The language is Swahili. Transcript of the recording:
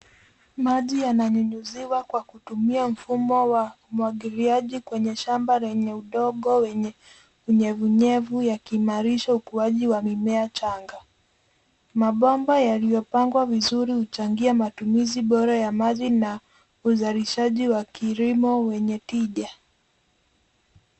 Maji yananyunyuziwa kwa kutumia mfumo wa umwagiliaji kwenye shamba lenye udongo wenye unyevunyevu yakiimarisha ukuaji wa mimea changa. Mabomba yaliyopangwa vizuri huchangia matumizi bora ya maji na uzalishaji wa kilimo wenye tija.